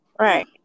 Right